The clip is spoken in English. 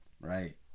right